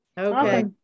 Okay